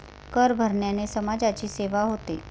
कर भरण्याने समाजाची सेवा होते